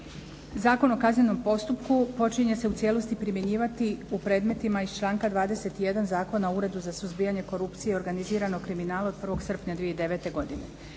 Zakon o kaznenom postupku počinje se u cijelosti primjenjivati u predmetima iz članka 21. Zakona o uredu za suzbijanje korupcije i organiziranog kriminala od 1. srpnja 2009. godine.